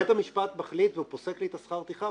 בית המשפט מחליט והוא פוסק לי את שכר הטרחה,